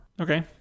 Okay